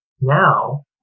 now